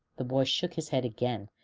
the boy shook his head again,